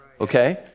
okay